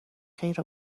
خیر